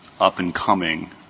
up-and-coming